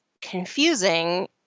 confusing